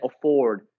afford